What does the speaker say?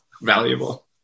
valuable